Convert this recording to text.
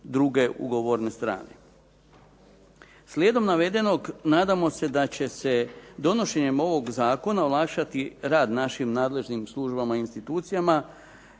druge ugovorne strane. Slijedom navedenog nadamo se da će se donošenjem ovog zakona olakšati rad našim nadležnim službama u institucijama,